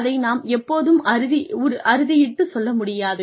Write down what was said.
அதை நாம் எப்போதும் அறுதியிட்டுச் சொல்ல முடியாது